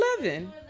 Eleven